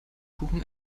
buchen